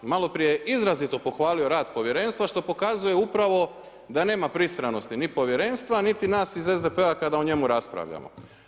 I maloprije je izrazito pohvalio rad povjerenstva što pokazuje upravo da nema pristranosti ni povjerenstva niti nas iz SDP-a kada o njemu raspravljamo.